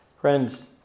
Friends